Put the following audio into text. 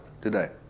today